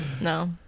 No